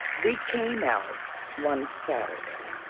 we came out one saturday,